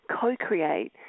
co-create